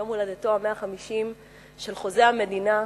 יום הולדתו ה-150 של חוזה המדינה,